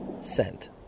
sent